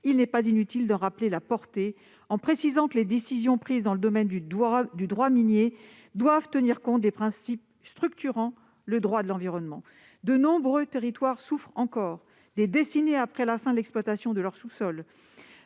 il n'est pas inutile d'en rappeler la portée en précisant que les décisions prises dans le domaine du droit minier doivent tenir compte des principes structurant le droit de l'environnement. De nombreux territoires souffrent encore, des décennies après la fin de l'exploitation de leurs sous-sols.